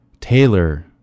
Taylor